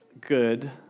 good